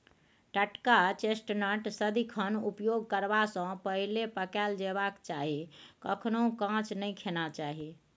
टटका चेस्टनट सदिखन उपयोग करबा सँ पहिले पकाएल जेबाक चाही कखनहुँ कांच नहि खेनाइ चाही